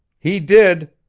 he did!